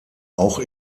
auch